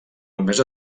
només